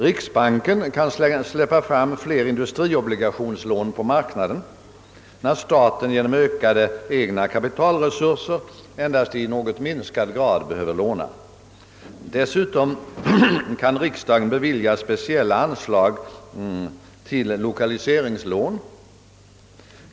Riksbanken kan släppa fram fler industriobligationslån på marknaden när staten genom ökade egna kapitalresurser endast i något minskad grad behöver låna. Dessutom kan riksdagen bevilja speciella anslag till lokaliseringslån.